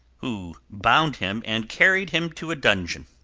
who bound him and carried him to a dungeon.